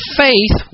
faith